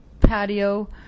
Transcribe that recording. patio